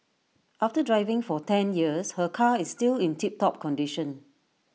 after driving for ten years her car is still in tip top condition